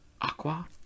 Aqua